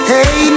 Hey